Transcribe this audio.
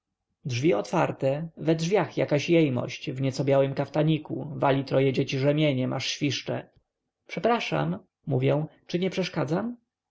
drzwi otwarte we drzwiach jakaś jejmość w nieco białym kaftaniku wali troje dzieci rzemieniem aż świszcze przepraszam mówię czy nie przeszkadzam